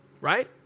right